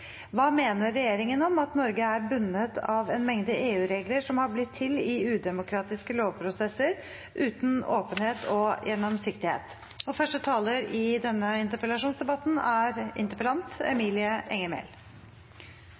Hva mener regjeringen om at Norge er bundet av en mengde EU-regler som har blitt til i udemokratiske lovprosesser uten åpenhet og gjennomsiktighet? Åpenhet om regelutvikling og muligheten for å påvirke den er